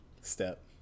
Step